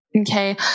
okay